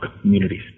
communities